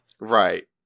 Right